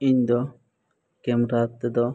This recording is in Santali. ᱤᱧ ᱫᱚ ᱠᱮᱢᱨᱟ ᱛᱮᱫᱚ